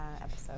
episode